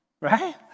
right